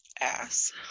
ass